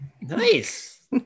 Nice